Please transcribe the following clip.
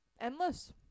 endless